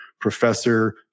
professor